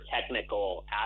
technical